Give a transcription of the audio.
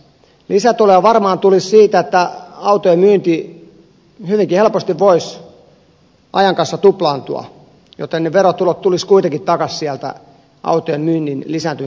lisätuloja varmaan tulisi siitä että autojen myynti hyvinkin helposti voisi ajan kanssa tuplaantua joten ne verotulot tulisivat kuitenkin takaisin autojen myynnin lisääntymisen kautta